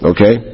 Okay